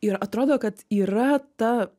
ir atrodo kad yra ta